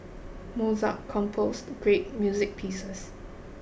Mozart composed great music pieces